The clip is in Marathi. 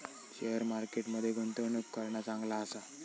शेअर मार्केट मध्ये गुंतवणूक करणा चांगला आसा